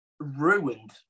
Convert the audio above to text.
ruined